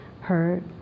hurt